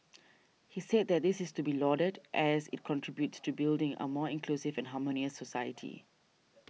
he said that this is to be lauded as it contributes to building a more inclusive and harmonious society